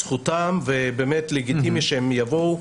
זכותם ובאמת לגיטימי שהם יבואו,